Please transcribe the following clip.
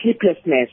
sleeplessness